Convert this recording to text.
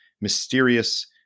mysterious